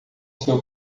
seu